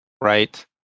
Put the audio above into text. Right